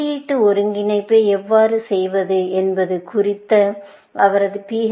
குறியீட்டு ஒருங்கிணைப்பை எவ்வாறு செய்வது என்பது குறித்த அவரது P